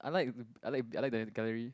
I like I like I like the gallery